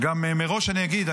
מראש אני אגיד,